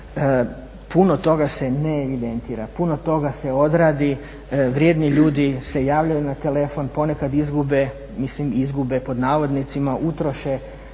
puno toga se ne evidentira, puno toga se odradi, vrijedni ljudi se javljaju na telefon. Ponekad izgube, mislim izgube pod navodnicima, utroše